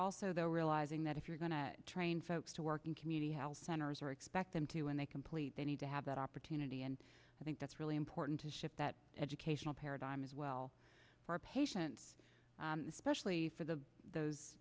also there realizing that if you're going to train folks to work in community health centers or expect them to and they complete they need to have that opportunity and i think that's really important to shift that educational paradigm as well for patients especially for the those